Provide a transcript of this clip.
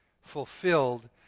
fulfilled